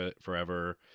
forever